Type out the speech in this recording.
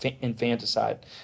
Infanticide